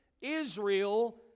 Israel